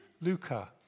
Luca